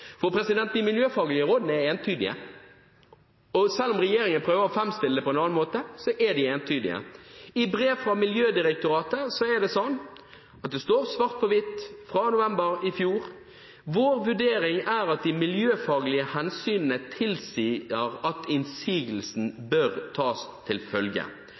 De miljøfaglige rådene er entydige. Selv om regjeringen prøver å framstille det på en annen måte, er de entydige. I brev fra Miljødirektoratet fra november i fjor står det svart på hvitt at deres «vurdering er at de miljøfaglige hensynene tilsier at innsigelsen bør tas til følge».